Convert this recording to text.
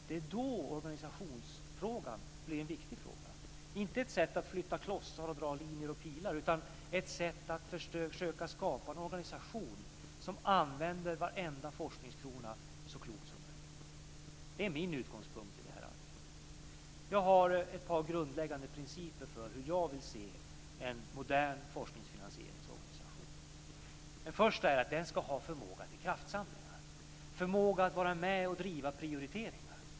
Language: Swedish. Det är då organisationsfrågan blir en viktig fråga. Den blir inte ett sätt att flytta klossar och dra linjer och pilar utan ett sätt att försöka skapa en organisation som använder varenda forskningskrona så klokt som möjligt. Det är min utgångspunkt i det här arbetet. Jag har ett par grundläggande principer för hur jag vill se en modern forskningsfinansieringsorganisation. Den första är att den ska ha förmåga till kraftsamlingar, förmåga att vara med och driva prioriteringar.